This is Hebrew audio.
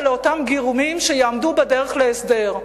לאותם גורמים שיעמדו בדרך להסדר,